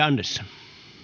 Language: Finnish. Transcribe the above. arvoisa